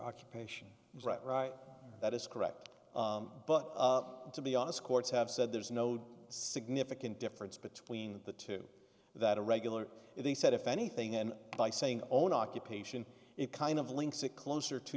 occupation is right right that is correct but to be honest courts have said there is no significant difference between the two that are regular they said if anything and by saying own occupation it kind of links it closer to